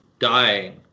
dying